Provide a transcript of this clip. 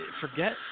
forget